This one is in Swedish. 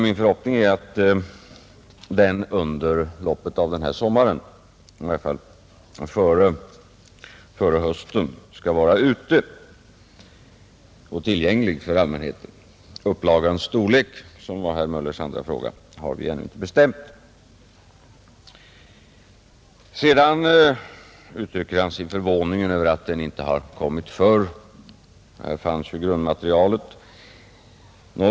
Min förhoppning är att den under loppet av denna sommar eller i varje fall före hösten skall vara ute och tillgänglig för allmänheten. Upplagans storlek — som var herr Möllers andra fråga — har vi ännu inte bestämt. Sedan uttrycker herr Möller sin förvåning över att den inte kommit förr. Här fanns ju grundmaterialet redan i höstas, säger han.